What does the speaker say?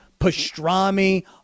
pastrami